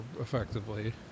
effectively